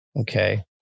Okay